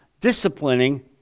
disciplining